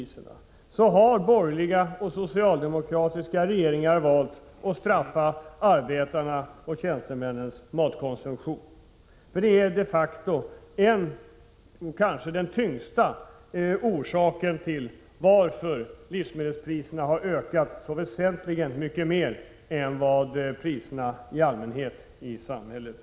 1986/87:99 serna har borgerliga och socialdemokratiska regeringar valt att straffa — 1april 1987 arbetare och tjänstemän när det gäller matkonsumtionen. Det är de facto en av orsakerna — och kanske den främsta orsaken -— till att livsmedelspriserna har ökat så mycket mer än priserna i allmänhet i vårt samhälle.